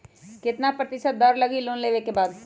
कितना प्रतिशत दर लगी लोन लेबे के बाद?